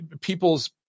people's